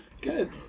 Good